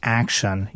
action